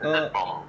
err